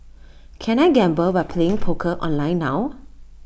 can I gamble by playing poker online now